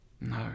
no